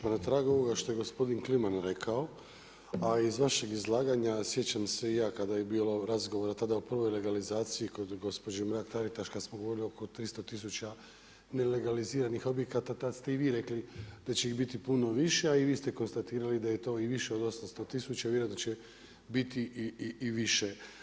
Pa na tragu ovoga što je gospodin Kliman rekao, a iz vaših izlaganja, sjećam se i ja kada je bilo razgovora tada o prvoj legalizaciji koju bi gospođu Mark-Taritaš, kada smo govorili oko 300 tisuća nelegaliziranih objekata, tada ste vi rekli da će ih biti puno više, a i vi ste konstatirali da je to i više od 800 tisuća, vjerojatno će biti i više.